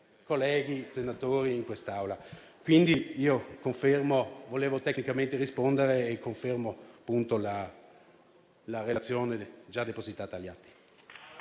colleghi senatori in quest'Aula. Quindi, volevo tecnicamente rispondere e confermo la relazione già depositata agli atti.